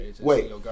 Wait